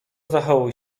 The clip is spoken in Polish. zachowuj